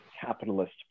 capitalist